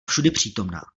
všudypřítomná